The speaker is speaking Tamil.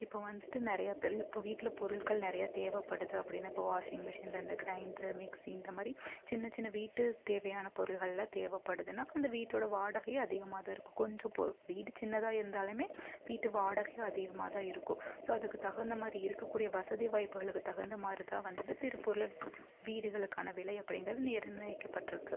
இப்போ வந்துவிட்டு நிறையா பேருக்கு இப்போ வீட்டில் பொருட்கள் நிறையா தேவைப்படுது அப்படின்னு இப்போ வாஷிங் மிஷின்லருந்து க்ரைண்டர் மிக்ஸி இந்த மாதிரி சின்ன சின்ன வீட்டு தேவையான பொருள்களில் தேவைப்படுதுன்னா அந்த வீட்டோட வாடகையும் அதிகமாக தான் இருக்கும் கொஞ்சம் பொ வீடு சின்னதாக இருந்தாலுமே வீட்டு வாடகையும் அதிகமாக தான் இருக்கும் ஸோ அதுக்கு தகுந்த மாதிரி இருக்கக்கூடிய வசதி வாய்ப்புகளுக்கு தகுந்த மாதிரி தான் வந்துவிட்டு திருப்பூரில் வீடுகளுக்கான விலை அப்படிங்குறது நிர்ணயக்கப்பட்ருக்கு